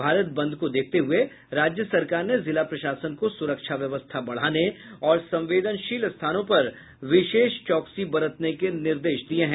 भारत बंद को देखते हुए राज्य सरकार ने जिला प्रशासन को सुरक्षा व्यवस्था बढ़ाने और संवेदनशील स्थानों पर विशेष चौकसी बरतने के निर्देश दिये हैं